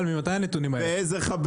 האלה?